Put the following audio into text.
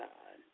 God